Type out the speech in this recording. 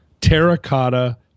terracotta